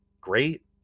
great